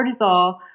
cortisol